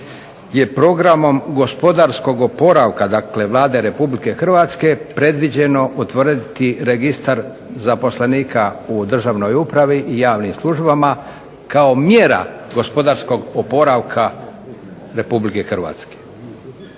je programom gospodarskog oporavka, dakle Vlade Republike Hrvatske predviđeno utvrditi registar zaposlenika u državnoj upravi i javnim službama kao mjera gospodarskog oporavka Republike Hrvatske,